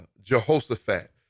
Jehoshaphat